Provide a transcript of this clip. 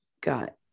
got